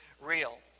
real